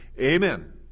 amen